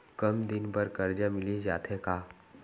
कम दिन बर करजा मिलिस जाथे का?